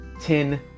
Ten